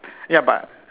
ya but